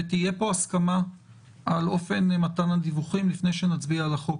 ותהיה פה הסכמה על אופן מתן הדיווחים לפני שנצביע על החוק.